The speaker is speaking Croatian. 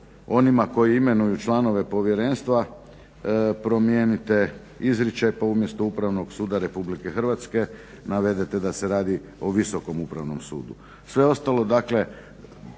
onima koji imenuju članove povjerenstva promijenite izričaj pa umjesto Upravnog suda Republike Hrvatske navedete da se radi o Visokom upravnom sudu.